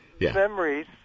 memories